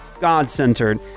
God-centered